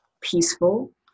peaceful